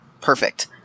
Perfect